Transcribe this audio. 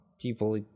people